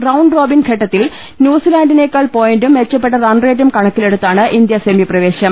round റോബിൻഘട്ടത്തിൽ ന്യൂസിലാന്റിനേക്കാൾ പോയന്റും മെച്ചപ്പെട്ട റൺറേറ്റും കണക്കിലെടുത്താണ് ഇന്തൃ സെമിപ്രവേശം